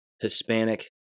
Hispanic